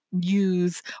use